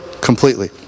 Completely